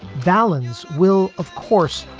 valens will, of course,